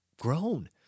grown